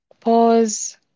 Pause